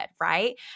right